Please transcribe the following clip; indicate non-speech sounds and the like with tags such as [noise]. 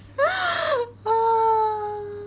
[laughs]